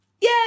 yay